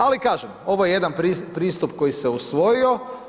Ali, kažem, ovo je jedan pristup koji se usvojio.